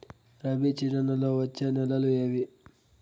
రబి సీజన్లలో వచ్చే నెలలు ఏవి?